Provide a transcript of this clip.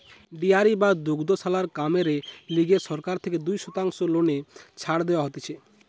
dairy বা দুগ্ধশালার কামেরে লিগে সরকার থেকে দুই শতাংশ লোনে ছাড় দেওয়া হতিছে